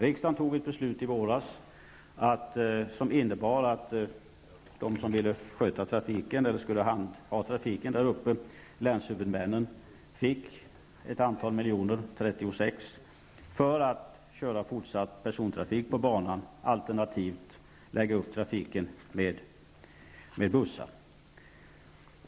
Riksdagen fattade ett beslut i våras som innebar att de som skulle handha trafiken, länshuvudmännen, fick 36 miljoner för att fortsätta att köra persontrafik på banan alternativt lägga upp trafiken med bussar.